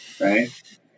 Right